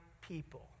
people